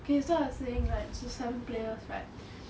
okay so I was saying like so some players right